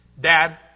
Dad